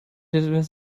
etwas